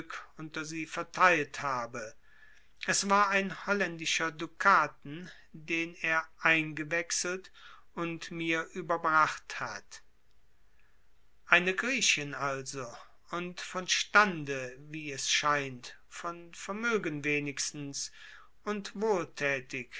unter sie verteilt habe es war ein holländischer dukaten den er eingewechselt und mir überbracht hat eine griechin also und von stande wie es scheint von vermögen wenigstens und wohltätig